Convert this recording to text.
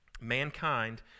mankind